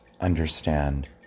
understand